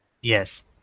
Yes